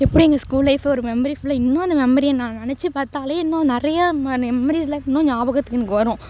எப்படி எங்கள் school life ஒரு மெமரி ஃபுல்லாக இன்னும் அந்த மெமரியை நாங்கள் நெனைச்சி பார்த்தாலே இன்னும் நிறையா மெமரீஸ்லாம் இன்னும் ஞாபகத்துக்கு எனக்கு வரும்